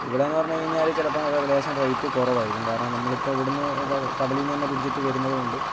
ഇവിടെയെന്ന് പറഞ്ഞ് കഴിഞ്ഞാൽ ചിലപ്പം ലേശം റേറ്റ് കുറവായിരിക്കും കാരണം നമ്മളിപ്പം ഇവിടെനിന്ന് കടലിൽ നിന്ന് തന്നെ പിടിച്ചിട്ട് വരുന്നത് കൊണ്ട്